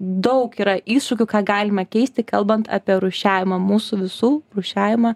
daug yra iššūkių ką galima keisti kalbant apie rūšiavimą mūsų visų rūšiavimą